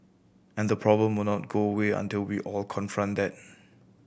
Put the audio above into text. and the problem will not go away until we all confront that